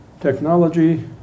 Technology